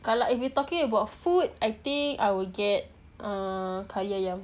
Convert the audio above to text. kalau if you talking about food I think I will get uh kari ayam